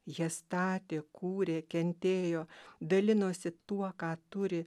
jie statė kūrė kentėjo dalinosi tuo ką turi